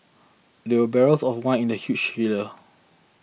there were barrels of wine in the huge cellar